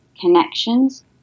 connections